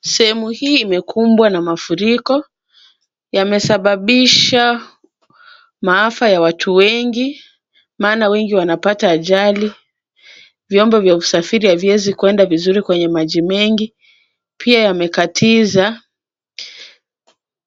Sehemu hii imekumbwa na mafuriko, yamesababisha maafa ya watu wengi maana wengi wanapata ajali. Vyombo vya usafiri haviwezi kuenda vizuri kwenye maji mengi, pia yamekatiza